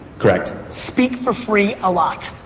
correct. speak for free a lot.